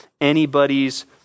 anybody's